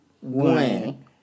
one